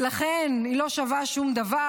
ולכן היא לא שווה שום דבר.